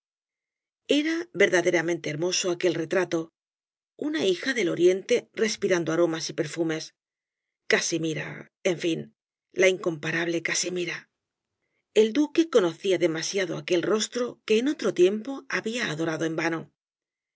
era verdaderamente hermoso aquel retrato una hija del oriente respirando aromas y perfumes casimira en fin la incomparable casimira el duque rosalía de castro conocía demasiado aquel rostro que en otro tiempo había adorado en vano